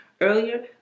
earlier